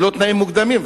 ללא תנאים מוקדמים,